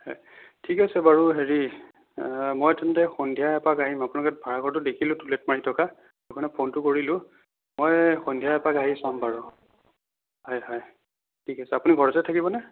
হয় ঠিক আছে বাৰু হেৰি মই তেন্তে সন্ধিয়া এপাক আহিম আপোনালোকৰ ভাড়াঘৰটো দেখিলোঁ টু লেট মাৰি থকা সেইকাৰণে ফোনটো কৰিলোঁ মই সন্ধিয়া আহি এপাক আহি চাম বাৰু হয় হয় ঠিক আছে আপুনি ঘৰতে থাকিবনে